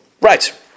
Right